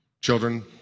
Children